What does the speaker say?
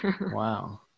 Wow